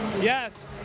Yes